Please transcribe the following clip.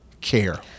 care